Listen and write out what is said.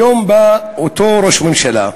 היום בא אותו ראש ממשלה,